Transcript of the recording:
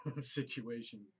situation